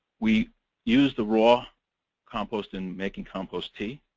we use the raw compost in making compost tea.